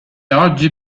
oggi